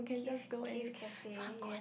Kith Kith Cafe yes